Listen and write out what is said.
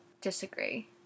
Disagree